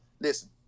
listen